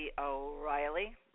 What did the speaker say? O'Reilly